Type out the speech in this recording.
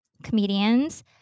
comedians